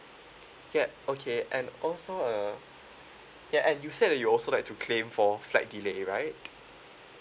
ya okay and also uh ya and you said that you also like to claim for flight delay right